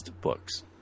books